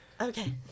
Okay